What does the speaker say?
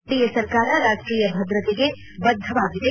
NDA ಸರ್ಕಾರ ರಾಷ್ಟೀಯ ಭದ್ರತೆಗೆ ಬದ್ದವಾಗಿದೆ